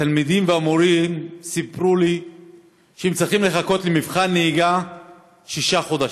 התלמידים והמורים סיפרו לי שהם צריכים לחכות למבחן נהיגה שישה חודשים.